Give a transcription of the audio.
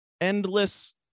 endless